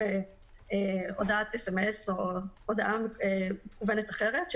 הודעת אס.אם.אס או הודעה מקוונת אחרת.